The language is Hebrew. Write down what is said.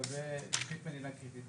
לגבי תשתית מדינה קריטית,